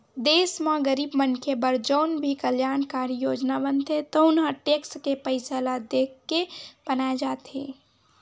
देस म गरीब मनखे बर जउन भी कल्यानकारी योजना बनथे तउन ह टेक्स के पइसा ल देखके बनाए जाथे